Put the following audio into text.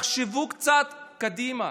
ותחשבו קצת קדימה.